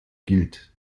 gilt